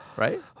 right